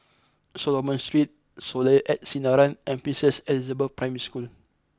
Solomon Street Soleil at Sinaran and Princess Elizabeth Primary School